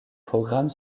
programmes